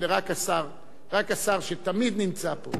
בבקשה, רק השר שתמיד נמצא פה.